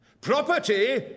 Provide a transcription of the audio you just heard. Property